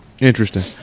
interesting